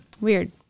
Weird